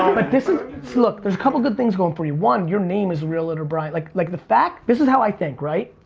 but this is look. there's a couple good things going for you one your name is realtor brian like like the fact this is how i think right?